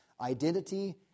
Identity